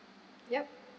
ya